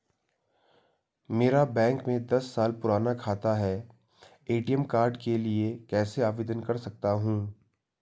मेरा बैंक में दस साल पुराना खाता है मैं ए.टी.एम कार्ड के लिए कैसे आवेदन कर सकता हूँ?